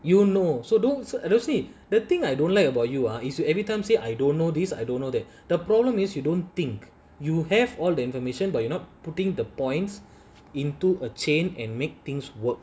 you know so don't so rosene the thing I don't like about you ah is you every time say I don't know this I don't know that the problem is you don't think you have all the information but you not putting the points into a chain and make things work